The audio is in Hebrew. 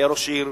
היה ראש עיר,